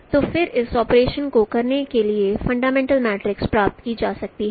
तो फिर इस ऑपरेशन को करके के लिए फंडामेंटल मैट्रिक्स प्राप्त की जा सकती है